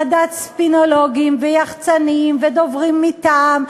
עדת ספינולוגים ויחצנים ודוברים מטעם,